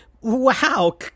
Wow